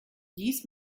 dies